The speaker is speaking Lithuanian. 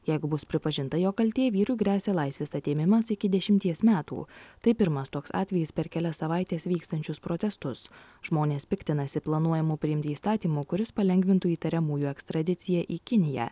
jeigu bus pripažinta jo kaltė vyrui gresia laisvės atėmimas iki dešimties metų tai pirmas toks atvejis per kelias savaites vykstančius protestus žmonės piktinasi planuojamu priimti įstatymu kuris palengvintų įtariamųjų ekstradiciją į kiniją